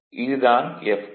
இது தான் F2